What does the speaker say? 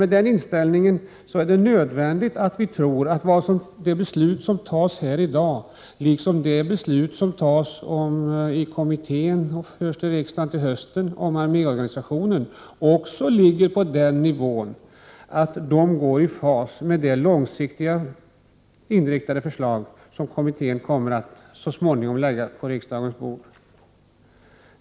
Med denna inställning är det nödvändigt att det beslut som kommer att fattas här i dag — liksom det beslut som skall fattas av kommittén och av riksdagen först till hösten om arméorganisationen — också ligger på den nivå att det går i fas med det förslag med långsiktig inriktning som kommittén så småningom kommer att lägga på riksdagens bord.